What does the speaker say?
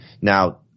Now